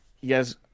Yes